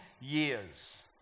years